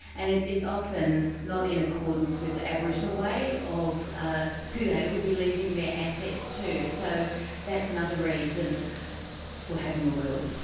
and it is often not in accordance with aboriginal way of ah who they would be leaving their assets to. so that's another reason for having a will.